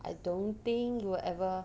I don't think we'll ever